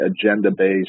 agenda-based